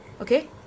Okay